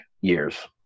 years